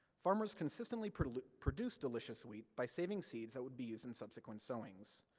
farmers consistently produce produce delicious wheat by saving seeds that would be used in subsequent sowings,